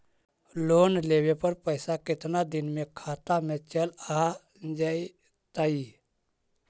Loan लेब पर पैसा कितना दिन में खाता में चल आ जैताई?